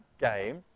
game